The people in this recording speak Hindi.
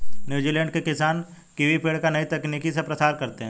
न्यूजीलैंड के किसान कीवी पेड़ का नई तकनीक से प्रसार करते हैं